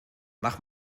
mach